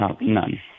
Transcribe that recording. None